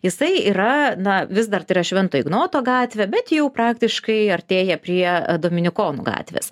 jisai yra na vis dar tai yra švento ignoto gatvė bet jau praktiškai artėja prie dominikonų gatvės